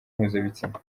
mpuzabitsina